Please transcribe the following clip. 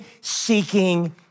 seeking